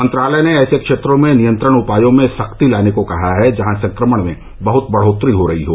मंत्रालय ने ऐसे क्षेत्रों में नियंत्रण उपायों में सख्ती लाने को कहा है जहां संक्रमण में बह्त बढ़ोतरी हो रही हो